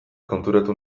konturatu